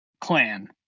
clan